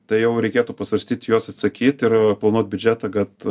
tai jau reikėtų pasvarstyti juos atsakyt ir planuoti biudžetą kad